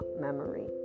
memory